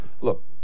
look